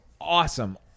awesome